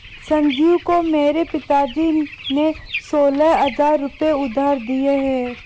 संजीव को मेरे पिताजी ने सोलह हजार रुपए उधार दिए हैं